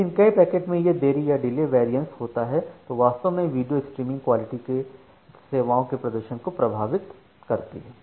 लेकिन कई पैकेट में यह देरी या डिले वेरिएशन होता है जो वास्तव में वीडियो स्ट्रीमिंग क्वालिटीसेवाओं के प्रदर्शन को प्रभावित करती है